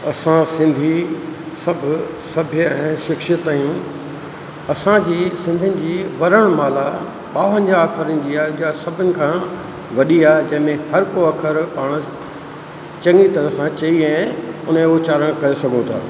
असां सिंधी सभु सभ्य ऐं शिक्षित आहियूं असांजी सिंधियुनि जी वरण माला ॿावनजाहु अख़रनि जी आहे जा सभिनि खां वॾी आहे जंहिं में हर को अख़र पाण चङी तरह सां चई ऐं उनजो उच्चारण करे सघो था